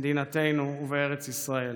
מדינתנו ובארץ ישראל.